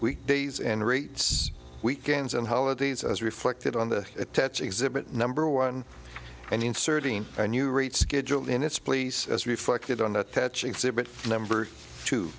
weekdays and rates weekends and holidays as reflected on the attach exhibit number one and inserting a new rate schedule in its place as reflected on attach exhibit number t